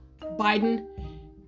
Biden